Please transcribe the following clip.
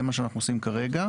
זה מה שאנחנו עושים כרגע,